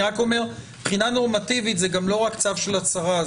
אני רק אומר שמבחינה נורמטיבית זה לא רק צו של השרה,